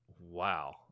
Wow